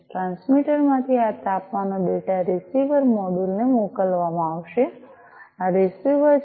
transmitter માંથી આ તાપમાનનો ડેટા રીસીવર મોડ્યુલ ને મોકલવામાં આવશે આ રીસીવર છે